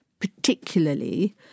particularly